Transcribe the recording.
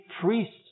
priests